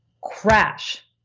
crash